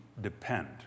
depend